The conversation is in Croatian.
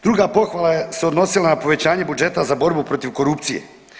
Druga pohvala se odnosila na povećanje budžeta za borbu protiv korupcije.